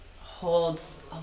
holds